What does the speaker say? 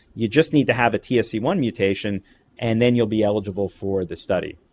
you just need to have a t s e one mutation and then you'll be eligible for the study.